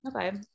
okay